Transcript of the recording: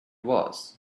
was